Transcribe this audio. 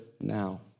now